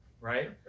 right